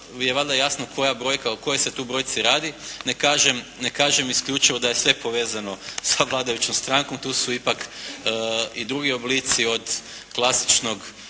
je valjda jasno koja brojka, o kojoj se tu brojci radi. Ne kažem isključivo da je sve povezano sa vladajućom strankom, tu si ipak i drugi oblici od klasičnog